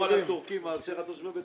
הטורקים מאשר על תושבי בית שמש.